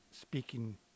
speaking